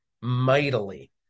mightily